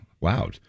Wow